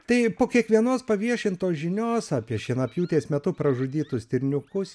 tai po kiekvienos paviešintos žinios apie šienapjūtės metu pražudytus stirniukus